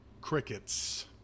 Crickets